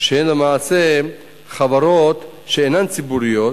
חברי חברי הכנסת, חוק החברות, התשנ"ט 1999,